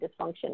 dysfunction